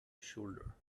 shoulder